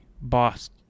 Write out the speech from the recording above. boss